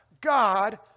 God